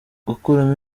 gukuramo